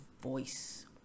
voice